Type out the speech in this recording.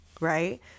right